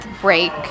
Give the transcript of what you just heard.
break